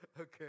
okay